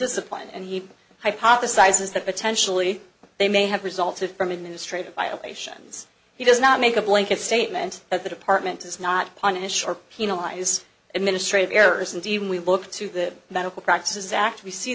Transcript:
discipline and he hypothesizes that potentially they may have resulted from administrative violations he does not make a blanket statement that the department does not punish or penalize administrative errors and even we look to the medical practices act we see